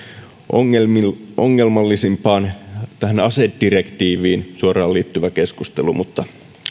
ongelmallisimpaan asiaan asedirektiiviin suoraan liittyvä keskustelu mutta